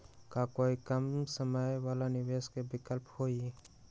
का कोई कम समय वाला निवेस के विकल्प हई?